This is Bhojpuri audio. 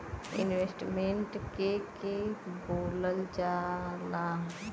इन्वेस्टमेंट के के बोलल जा ला?